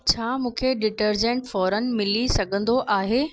छा मूंखे डिटर्जेंट फौरन मिली सघंदो आहे